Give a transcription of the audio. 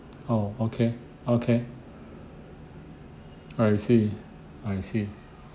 oh okay okay I see I see